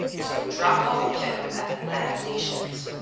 so drop-off and pickup adaptations.